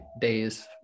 days